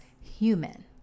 human